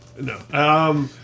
no